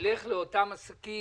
ילך לאותם עסקים